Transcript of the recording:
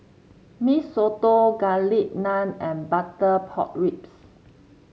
Mee Soto Garlic Naan and Butter Pork Ribs